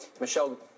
Michelle